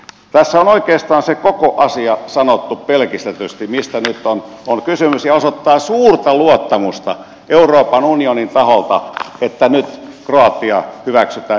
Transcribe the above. tässä on oikeastaan sanottu pelkistetysti se koko asia mistä nyt on kysymys ja osoittaa suurta luottamusta euroopan unionin taholta että nyt kroatia hyväksytään jäseneksi